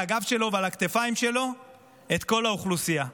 הגב שלו ועל הכתפיים שלו את כל האוכלוסייה,